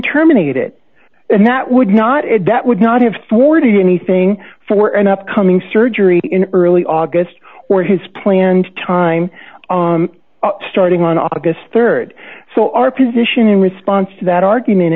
terminated and that would not that would not have forty anything for an upcoming surgery in early august or his planned time starting on august rd so our position in response to that argument